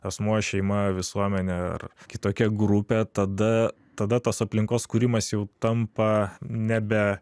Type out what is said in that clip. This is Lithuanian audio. asmuo šeima visuomenė ar kitokia grupė tada tada tos aplinkos kūrimas jau tampa nebe